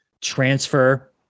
transfer